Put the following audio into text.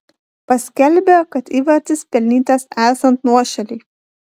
paskelbė kad įvartis pelnytas esant nuošalei